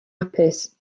hapus